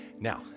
Now